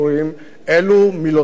אלו מילותיו שלו: